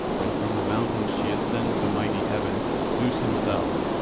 when from the mountains she ascends the mighty heaven, zeus himself,